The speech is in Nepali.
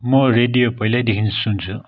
म रेडियो पहिल्यैदेखि सुन्छु